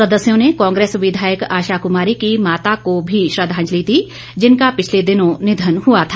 सदस्यों ने कांग्रेस विधायक आशा कमारी की माता को भी श्रद्वांजलि दी जिनका पिछले दिनों निधन हुआ था